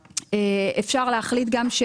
שאפשר להחליט גם,